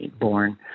born